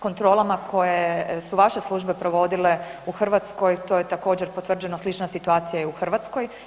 Kontrolama koje su vaše službe provodile u Hrvatskoj, to je također, potvrđeno, slična situacija je u Hrvatskoj.